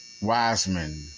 Wiseman